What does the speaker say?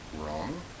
wrong